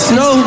no